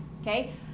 Okay